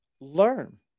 learn